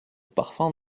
parfum